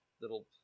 that'll